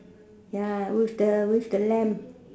ya with the with the lamb